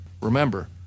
Remember